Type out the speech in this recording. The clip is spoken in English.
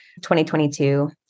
2022